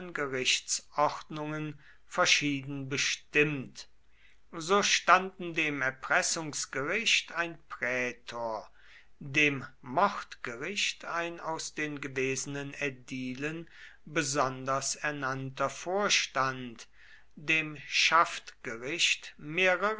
gerichtsordnungen verschieden bestimmt so standen dem erpressungsgericht ein prätor dem mordgericht ein aus den gewesenen ädilen besonders ernannter vorstand dem schaftgericht mehrere